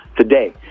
Today